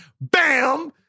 Bam